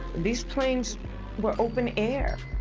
these planes were open air.